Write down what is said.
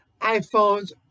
iPhones